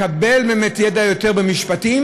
לקבל יותר ידע במשפטים,